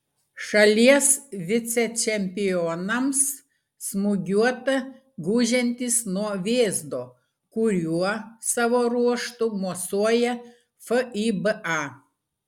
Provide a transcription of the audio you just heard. šalies vicečempionams smūgiuota gūžiantis nuo vėzdo kuriuo savo ruožtu mosuoja fiba